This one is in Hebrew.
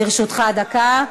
לרשותך דקה.